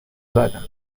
زدن